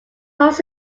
host